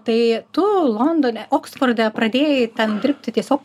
tai tu londone oksforde pradėjai ten dirbti tiesiog